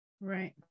Right